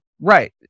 Right